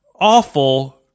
awful